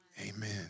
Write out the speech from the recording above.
Amen